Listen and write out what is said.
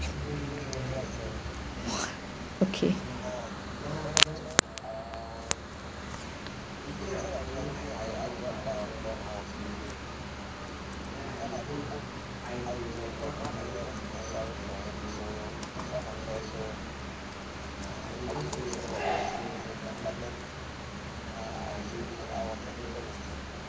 okay